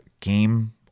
game